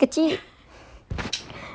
takkan jamban kecil kecil